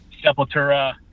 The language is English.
Sepultura